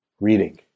Reading